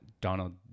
Donald